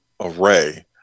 array